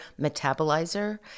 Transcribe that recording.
metabolizer